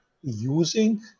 using